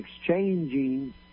exchanging